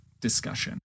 discussion